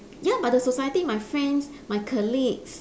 ya but the society my friends my colleagues